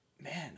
man